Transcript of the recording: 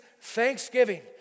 thanksgiving